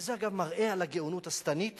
וזה, אגב, מראה על הגאונות השטנית